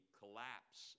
collapse